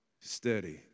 steady